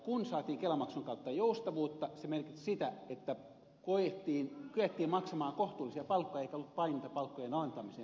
kun saatiin kelamaksun kautta joustavuutta se merkitsi sitä että kyettiin maksamaan kohtuullisia palkkoja eikä ollut paineita palkkojen alentamiseen